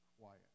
quiet